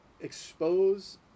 expose